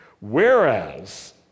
Whereas